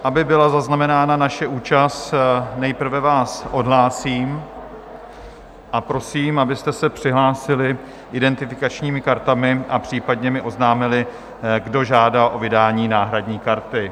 Aby byla zaznamenána naše účast, nejprve vás odhlásím a prosím, abyste se přihlásili identifikačními kartami a případně mi oznámili, kdo žádá o vydání náhradní karty.